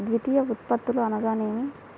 ద్వితీయ ఉత్పత్తులు అనగా నేమి?